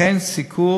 וכן סיקור